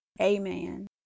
Amen